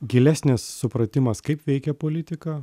gilesnis supratimas kaip veikia politika